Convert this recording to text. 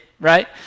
right